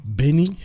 Benny